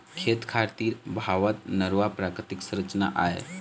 खेत खार तीर बहावत नरूवा प्राकृतिक संरचना आय